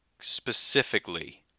specifically